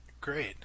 Great